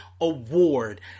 award